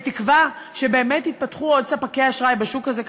בתקווה שבאמת יתפתחו עוד ספקי אשראי בשוק הזה,